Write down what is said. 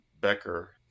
Becker